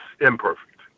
imperfect